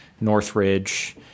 Northridge